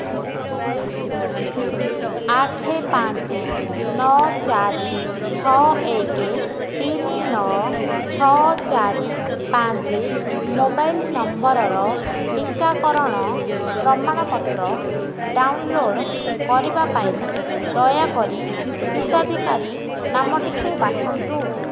ଆଠ ପାଞ୍ଚ ନଅ ଚାରି ଛଅ ଏକ ତିନି ନଅ ଛଅ ଚାରି ପାଞ୍ଚ ମୋବାଇଲ ନମ୍ବରର ଟିକାକରଣ ପ୍ରମାଣପତ୍ର ଡାଉନଲୋଡ଼୍ କରିବା ପାଇଁ ଦୟାକରି ହିତାଧିକାରୀ ନାମଟିକୁ ବାଛନ୍ତୁ